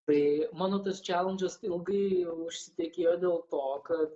tai mano tas čelandžas ilgai užsitekėjo dėl to kad